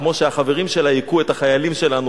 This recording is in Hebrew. כמו שהחברים שלה הכו את החיילים שלנו,